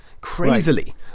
crazily